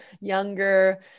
younger